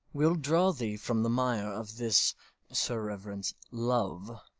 we'll draw thee from the mire of this sir-reverence love,